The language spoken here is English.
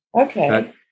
Okay